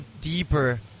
deeper